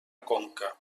conca